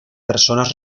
personas